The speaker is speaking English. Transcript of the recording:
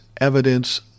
evidence